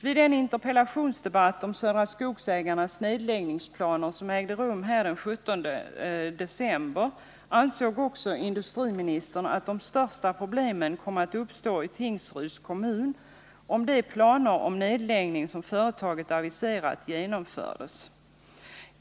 Vid den interpellationsdebatt om Södra Skogsägarnas nedläggningsplaner som ägde rum här den 17 december i fjol ansåg också industriministern, att de största problemen skulle uppstå i Tingsryds kommun, om de planer på nedläggning som företaget aviserat genomfördes.